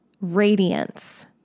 radiance